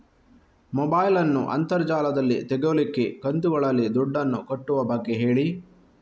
mobile ನ್ನು ಅಂತರ್ ಜಾಲದಲ್ಲಿ ತೆಗೋಲಿಕ್ಕೆ ಕಂತುಗಳಲ್ಲಿ ದುಡ್ಡನ್ನು ಕಟ್ಟುವ ಬಗ್ಗೆ ಹೇಳಿ